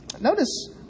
Notice